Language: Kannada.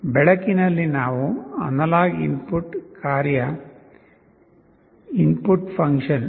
ಬೆಳಕಿನಲ್ಲಿ ನಾವು ಅನಲಾಗ್ ಇನ್ಪುಟ್ ಕಾರ್ಯ ldr